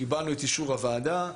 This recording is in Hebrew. קיבלנו את אישור הוועדה,